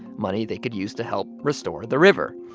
money they could use to help restore the river.